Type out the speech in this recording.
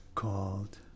called